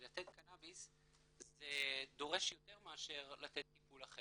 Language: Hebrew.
שלתת קנאביס זה דורש יותר מאשר לתת טיפול אחר